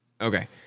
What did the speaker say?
okay